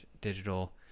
digital